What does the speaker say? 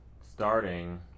starting